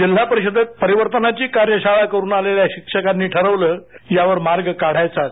जिल्हा परिषदेत परिवर्तनाची कार्यशाळा करून आलेल्या शिक्षकांनी ठरवलं यावर मार्ग काढायचाच